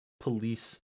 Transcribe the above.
police